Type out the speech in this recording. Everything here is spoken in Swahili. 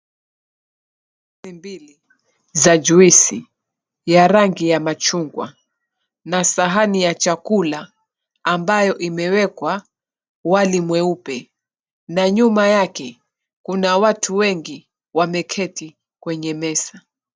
Glesi mbili za juisi ya rangi ya machungwa, na sahani ya chakula ambayo imewekwa wali mweupe. Na nyuma yake kuna watu wengi, wameketi kwenye meza.